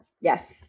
Yes